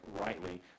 rightly